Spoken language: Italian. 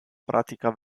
pratica